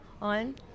on